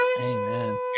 Amen